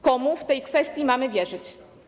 Komu w tej kwestii mamy wierzyć?